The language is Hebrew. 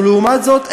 ולעומת זאת,